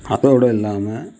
அதோட இல்லாமல்